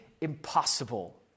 impossible